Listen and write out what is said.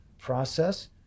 process